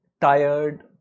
tired